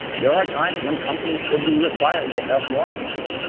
there are times when companies should be required to help law enforcement.